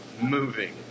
moving